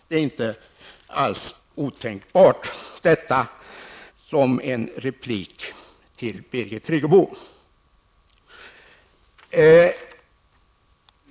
Det är inte alls otänkbart. Detta vill jag säga som en replik till Birgit Friggebo.